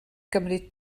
gymryd